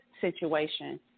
situation